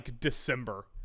December